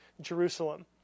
Jerusalem